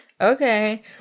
Okay